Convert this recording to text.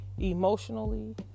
Emotionally